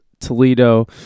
Toledo